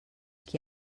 qui